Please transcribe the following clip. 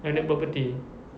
landed property